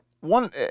one